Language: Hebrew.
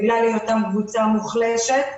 בגלל היותם קבוצה מוחלשת.